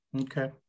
okay